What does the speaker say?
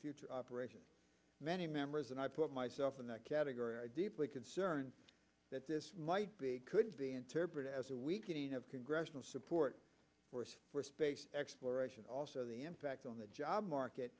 future operations many members and i put myself in that category are deeply concerned that this might be could be interpreted as a weakening of congressional support for space exploration also the impact on the job